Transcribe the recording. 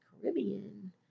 Caribbean